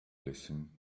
listen